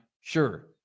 sure